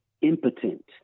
impotent